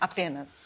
Apenas